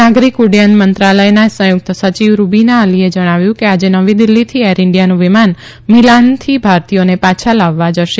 નાગરીક ઉડૃથન મંત્રાલયના સંયુકત સચિવ રુબીના અલીએ જણાવ્યું કે આજે નવી દિલ્હીથી એર ઇન્ડિયાનું વિમાન મિલાનથી ભારતીયોને પાછા લાવવા જશે